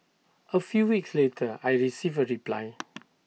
A few weeks later I received A reply